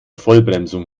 vollbremsung